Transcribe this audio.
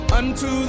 unto